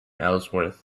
ellsworth